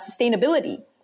sustainability